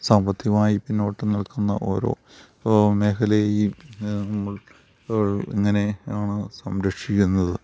സാമ്പത്തികമായി പിന്നോട്ട് നിൽക്കുന്ന ഓരോ മേഖലയും നമ്മൾക്ക് ഇങ്ങനെയാണ് സംരക്ഷിക്കുന്നത്